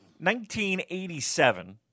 1987